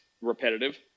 repetitive